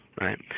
right